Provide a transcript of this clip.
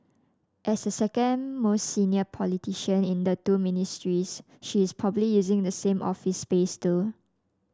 as the second most senior politician in the two Ministries she is probably using the same office space too